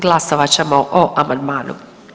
Glasovat ćemo o amandmanu.